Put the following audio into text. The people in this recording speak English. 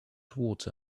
towards